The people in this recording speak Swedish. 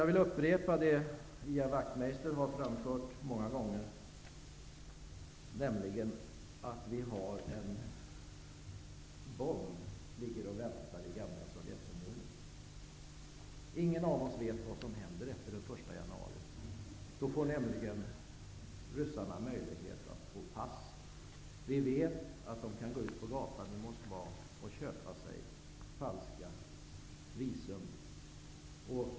Jag vill upprepa det Ian Wachtmeister många gånger har framfört. En bomb ligger och väntar i det gamla Sovjetunionen. Ingen av oss vet vad som händer efter den 1 januari. Då får nämligen ryssarna möjlighet att få pass. Vi vet att de kan gå ut på gatan i Moskva och köpa sig falska visum.